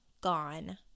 gone